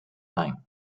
time